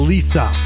Lisa